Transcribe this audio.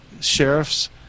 sheriff's